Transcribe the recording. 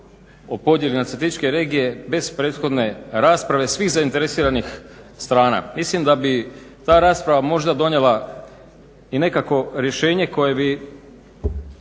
o podjeli na statističke regije bez prethodne rasprave svih zainteresiranih strana. Mislim da bi ta rasprava možda donijela i nekakvo rješenje koje bi